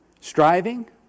striving